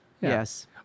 yes